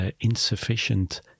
insufficient